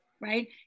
right